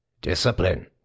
Discipline